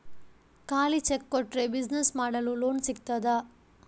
ಖಾಲಿ ಚೆಕ್ ಕೊಟ್ರೆ ಬಿಸಿನೆಸ್ ಮಾಡಲು ಲೋನ್ ಸಿಗ್ತದಾ?